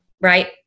Right